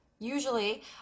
usually